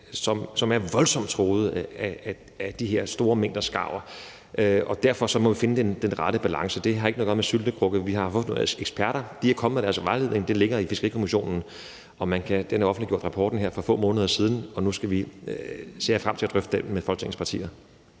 som er voldsomt truede af de her store mængder skarver. Derfor må vi finde den rette balance, og det har ikke noget at gøre med en syltekrukke. Vi har vores eksperter, som er kommet med deres vejledning, og det ligger i Fiskerikommissionen. Rapporten er blevet offentliggjort her for få måneder siden, og nu ser jeg frem til at drøfte den med Folketingets partier.